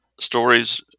stories